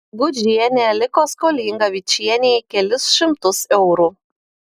gudžienė liko skolinga vičienei kelis šimtus eurų